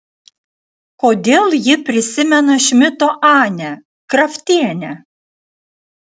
kodėl ji prisimena šmito anę kraftienę